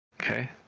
okay